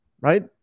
right